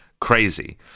crazy